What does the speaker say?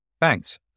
Thanks